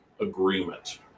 agreement